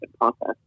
process